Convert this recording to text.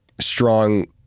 strong